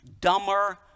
Dumber